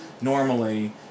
normally